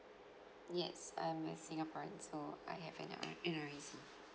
yes I'm a singaporean so I have a N_R N_R_I_C